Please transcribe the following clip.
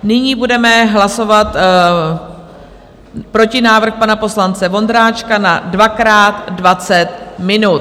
Nyní budeme hlasovat protinávrh pana poslance Vondráčka na dvakrát 20 minut.